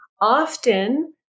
Often